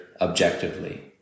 objectively